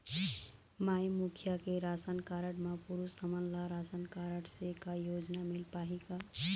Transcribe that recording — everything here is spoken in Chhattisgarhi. माई मुखिया के राशन कारड म पुरुष हमन ला रासनकारड से का योजना मिल पाही का?